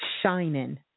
shining